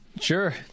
Sure